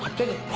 but didn't